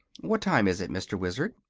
what time is it, mr. wizard?